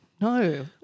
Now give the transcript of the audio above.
No